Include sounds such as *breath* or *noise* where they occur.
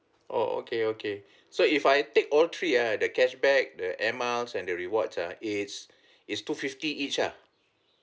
oh okay okay *breath* so if I take all three ah the cashback the air miles and the rewards ah it's it's two fifty each ah